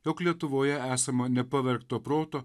jog lietuvoje esama nepavergto proto